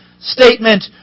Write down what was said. statement